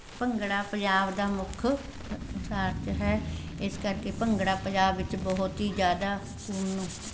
ਭੰਗੜਾ ਪੰਜਾਬ ਦਾ ਮੁੱਖ ਨਾਚ ਹੈ ਇਸ ਕਰਕੇ ਭੰਗੜਾ ਪੰਜਾਬ ਵਿੱਚ ਬਹੁਤ ਹੀ ਜ਼ਿਆਦਾ ਹੁਣ